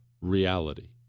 reality